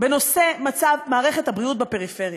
בנושא מצב מערכת הבריאות בפריפריה: